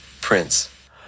Prince